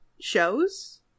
Shows